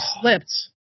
slipped